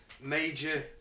Major